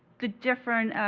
the different,